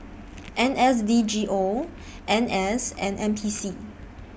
N S D G O N S and N P C